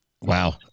wow